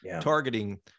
targeting